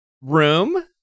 room